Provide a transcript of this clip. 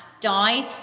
died